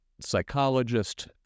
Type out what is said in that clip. psychologist